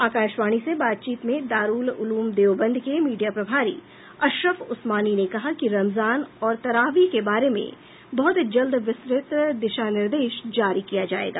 आकाशवाणी से बातचीत में दारूल उलूम देवबंद के मीडिया प्रभारी अशरफ उस्मानी ने कहा कि रमजान और तरावीह के बारे में बहुत जल्द विस्तृत दिशा निर्देश जारी किया जाएगा